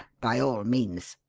by all means,